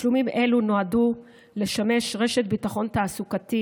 תשלומים אלו נועדו לשמש רשת ביטחון תעסוקתי